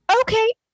okay